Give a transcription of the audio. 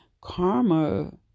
Karma